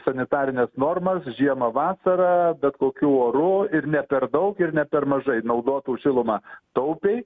sanitarines normas žiemą vasarą bet kokiu oru ir ne per daug ir ne per mažai naudotų šilumą taupiai